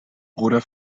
bruder